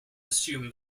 assumed